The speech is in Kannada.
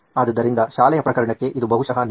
ಆದ್ದರಿಂದ ಶಾಲೆಯ ಪ್ರಕರಣಕ್ಕೆ ಇದು ಬಹುಶಃ ನಿಜ